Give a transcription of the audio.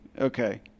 Okay